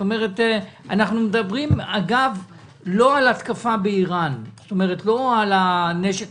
אנחנו מדברים לא על התקפה באיראן ולא על הנשק